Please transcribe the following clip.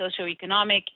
socioeconomic